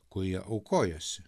kurie aukojosi